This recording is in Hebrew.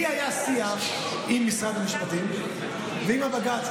לי היה שיח עם משרד המשפטים ועם הבג"ץ,